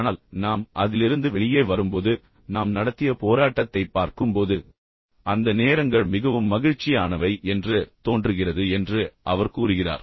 ஆனால் நாம் அதிலிருந்து வெளியே வரும்போது நாம் நடத்திய போராட்டத்தைப் பார்க்கும்போது அந்த நேரங்கள் மிகவும் மகிழ்ச்சியானவை என்று தோன்றுகிறது என்று அவர் கூறுகிறார்